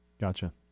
Gotcha